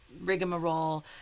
rigmarole